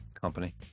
company